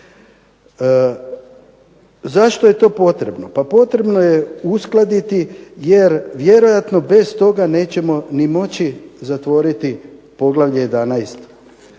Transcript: Zašto je to potrebno? Pa potrebno je uskladiti jer vjerojatno bez toga nećemo ni moći zatvoriti poglavlje 11.